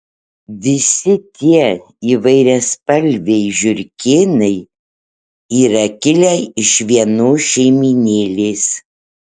visi tie įvairiaspalviai žiurkėnai yra kilę iš vienos šeimynėlės